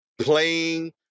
playing